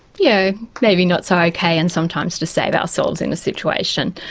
yeah maybe not so okay and sometimes to save ourselves in a situation.